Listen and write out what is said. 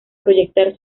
proyectar